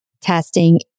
testing